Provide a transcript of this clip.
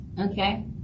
Okay